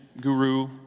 guru